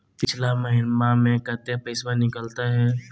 पिछला महिना मे कते पैसबा निकले हैं?